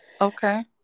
Okay